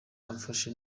yamfashe